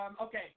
Okay